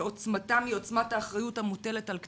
ועוצמתם היא עוצמת האחריות המוטלת על כתפינו.